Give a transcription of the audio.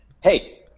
Hey